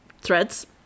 threads